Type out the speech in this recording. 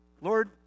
Lord